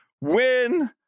win